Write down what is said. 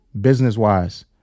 business-wise